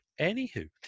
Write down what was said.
Anywho